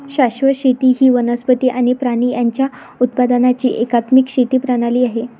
शाश्वत शेती ही वनस्पती आणि प्राणी यांच्या उत्पादनाची एकात्मिक शेती प्रणाली आहे